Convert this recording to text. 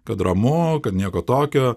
kad ramu kad nieko tokio